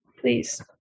Please